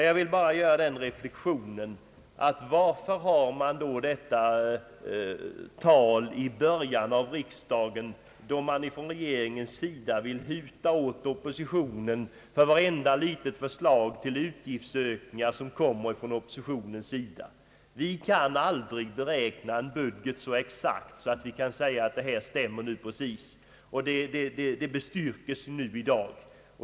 Jag vill göra den reflexionen: Varför skall man då från regeringens sida alltid i början av riksdagen huta åt OPpPpositionen för vartenda litet förslag till utgiftsökningar som vi lägger fram? Vi kan aldrig beräkna en budget så exakt att vi kan säga att den till alla delar stämmer. Detta bestyrkes i dag.